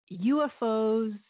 UFOs